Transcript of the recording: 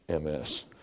MS